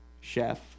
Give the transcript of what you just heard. chef